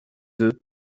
deux